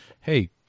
hey